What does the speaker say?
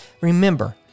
remember